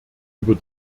über